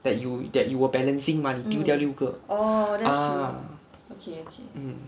that you that you were balancing mah 你丢掉六个 ah mm